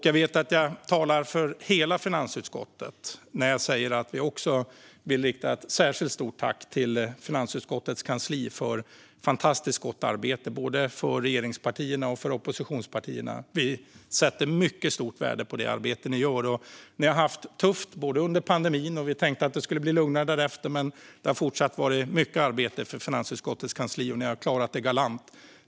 Jag vet att jag talar för hela finansutskottet när jag säger att vi vill rikta ett särskilt stort tack till finansutskottets kansli för ett fantastiskt gott arbete både för regeringspartierna och för oppositionspartierna. Vi sätter mycket stort värde på det arbete ni i kansliet gör. Ni har haft det tufft under pandemin. Vi tänkte att det skulle bli lugnare därefter, men det har fortsatt varit mycket arbete för finansutskottets kansli. Ni har klarat det galant.